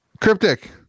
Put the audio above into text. Cryptic